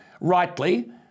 rightly